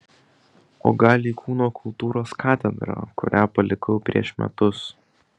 o gal į kūno kultūros katedrą kurią palikau prieš metus